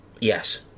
Yes